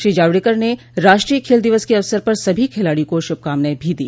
श्री जावडेकर ने राष्ट्रीय खेल दिवस के अवसर पर सभी खिलाडियों को शुभकामनाएं भी दी